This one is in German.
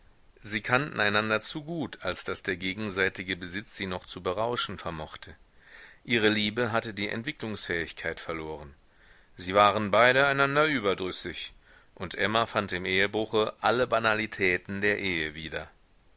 sie kannten einander zu gut als daß der gegenseitige besitz sie noch zu berauschen vermochte ihre liebe hatte die entwicklungsfähigkeit verloren sie waren beide einander überdrüssig und emma fand im ehebruche alle banalitäten der ehe wieder